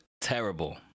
terrible